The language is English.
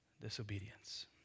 disobedience